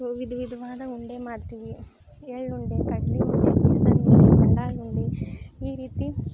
ವಿಧ ವಿಧವಾದ ಉಂಡೆ ಮಾಡ್ತೀವಿ ಎಳ್ಳುಂಡೆ ಕಡ್ಲೆ ಉಂಡೆ ಉಂಡೆ ಈ ರೀತಿ